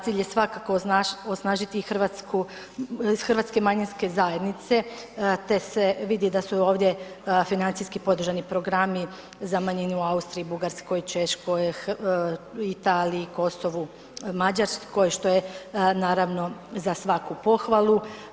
Cilj je svakako osnažiti hrvatske manjinske zajednice te se vidi da su ovdje financijski podržani programi za manjine u Austriji, Bugarskoj, Češkoj, Italiji, Kosovu, Mađarskoj što je za svaku pohvalu.